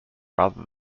rather